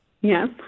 Yes